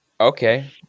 Okay